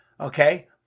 okay